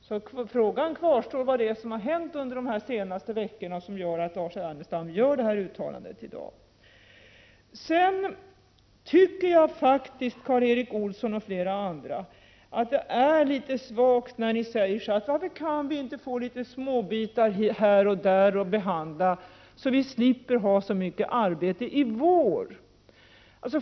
Så frågan kvarstår vad det är som har hänt under de här senaste veckorna som medför att Lars Ernestam gör det här uttalandet i dag. Sedan tycker jag faktiskt, Karl Erik Olsson och flera andra, att det är litet svagt när ni säger: Varför kan vi inte få litet småbitar här och där att behandla, så att vi slipper ha så mycket arbete i vår?